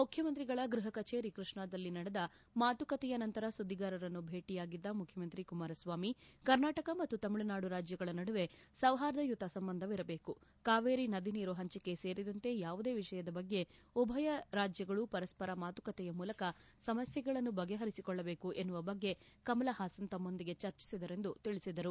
ಮುಖ್ಯಮಂತ್ರಿಗಳ ಗೃಹಕಚೇರಿ ಕೃಷ್ಣಾದಲ್ಲಿ ನಡೆದ ಮಾತುಕತೆಯ ನಂತರ ಸುದ್ದಿಗಾರರನ್ನು ಭೇಟಿಯಾಗಿದ್ದ ಮುಖ್ಯಮಂತ್ರಿ ಕುಮರಸ್ವಾಮಿ ಕರ್ನಾಟಕ ಮತ್ತು ತಮಿಳುನಾಡು ರಾಜ್ಯಗಳ ನಡುವೆ ಸೌಹಾರ್ದಯುತ ಸಂಬಂಧವಿರಬೇಕು ಕಾವೇರಿ ನದಿ ನೀರು ಹಂಚಿಕೆ ಸೇರಿದಂತೆ ಯಾವುದೇ ವಿಷಯದ ಬಗ್ಗೆ ಉಭಯ ರಾಜ್ಯಗಳು ಪರಸ್ಪರ ಮಾತುಕತೆಯ ಮೂಲಕ ಸಮಸ್ಥೆಗಳನ್ನು ಬಗೆಹರಿಸಿಕೊಳ್ಳಬೇಕು ಎನ್ನುವ ಬಗ್ಗೆ ಕಮಲಹಾಸನ್ ತಮ್ಮೊಂದಿಗೆ ಚರ್ಚಿಸಿದರೆಂದು ತಿಳಿಸಿದರು